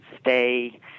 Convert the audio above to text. stay